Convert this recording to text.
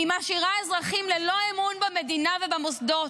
היא משאירה אזרחים ללא אמון במדינה ובמוסדות.